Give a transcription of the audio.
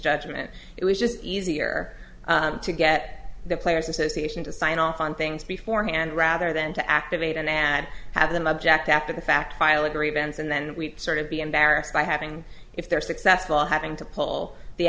judgment it was just easier to get the players association to sign off on things before hand rather than to activate an ad have them object after the fact file a grievance and then we sort of be embarrassed by having if they're successful having to pull the